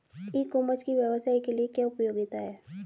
ई commerce की व्यवसाय के लिए क्या उपयोगिता है?